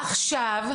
עכשיו,